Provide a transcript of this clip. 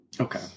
Okay